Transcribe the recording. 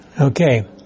Okay